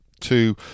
Two